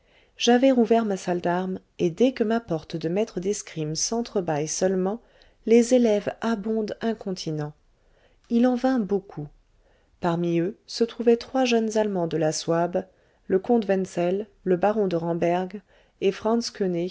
j'avais rouvert ma salle d'armes et dès que ma porte de maître d'escrime sentre bâille seulement les élèves abondent incontinent il en vint beaucoup parmi eux se trouvaient trois jeunes allemands de la souabe le comte wenzel le baron de ramberg et franz